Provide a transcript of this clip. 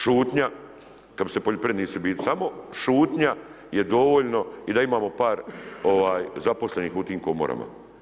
Šutnja, kada bi se poljoprivrednici biti, samo šutnja je dovoljno i da imamo par zaposlenih u tim Komorima.